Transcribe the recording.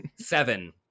Seven